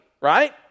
right